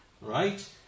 Right